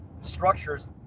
structures